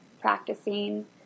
practicing